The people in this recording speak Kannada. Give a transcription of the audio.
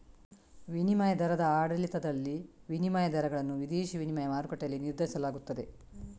ವಿನಿಮಯ ದರದ ಆಡಳಿತದಲ್ಲಿ, ವಿನಿಮಯ ದರಗಳನ್ನು ವಿದೇಶಿ ವಿನಿಮಯ ಮಾರುಕಟ್ಟೆಯಲ್ಲಿ ನಿರ್ಧರಿಸಲಾಗುತ್ತದೆ